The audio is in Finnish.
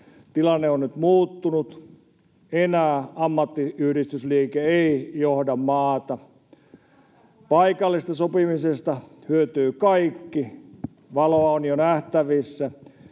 Tilanne on nyt muuttunut. Enää ammattiyhdistysliike ei johda maata. Paikallisesta sopimisesta hyötyvät kaikki. Valoa on jo nähtävissä.